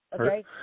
Okay